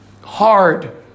hard